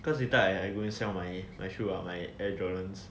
cause later I I going to sell my shoes uh my air jordans